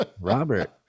Robert